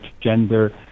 gender